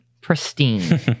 pristine